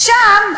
שם,